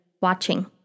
watching